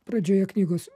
pradžioje knygos